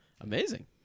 Amazing